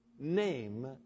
name